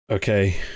Okay